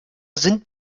sind